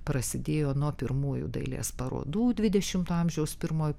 prasidėjo nuo pirmųjų dailės parodų dvidešimto amžiaus pirmoj